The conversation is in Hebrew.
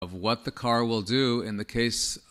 of what the car will do in the case of...